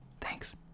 Thanks